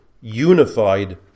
unified